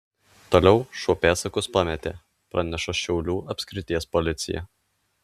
toliau šuo pėdsakus pametė praneša šiaulių apskrities policija